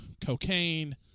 cocaine